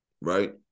right